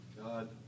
God